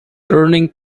learning